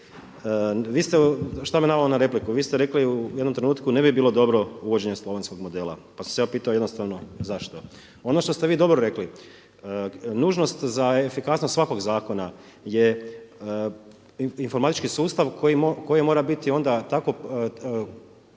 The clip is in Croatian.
Što me navelo na repliku? Vi ste rekli u jednom trenutku ne bi bilo dobro uvođenja slovenskog modela, pa sam se ja pitao jednostavno zašto? Ono što ste vi dobro rekli nužnost za efikasnost svakog zakona je informatički sustav uz pomoć kojeg